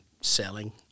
selling